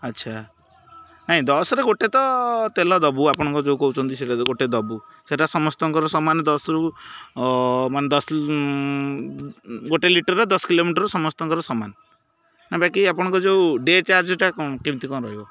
ଆଚ୍ଛା ନାହିଁ ଦଶରେ ଗୋଟେ ତ ତେଲ ଦବୁ ଆପଣଙ୍କ ଯେଉଁ କହୁଛନ୍ତି ସେଇଟା ଗୋଟେ ଦବୁ ସେଇଟା ସମସ୍ତଙ୍କର ସମାନ ଦଶରୁ ମାନେ ଦଶ ଗୋଟେ ଲିଟରରେ ଦଶ କିଲୋମିଟର ସମସ୍ତଙ୍କର ସମାନ ନା ବାକି ଆପଣଙ୍କ ଯେଉଁ ଡେ ଚାର୍ଜଟା କ'ଣ କେମିତି କ'ଣ ରହିବ